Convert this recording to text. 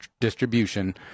distribution